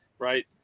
Right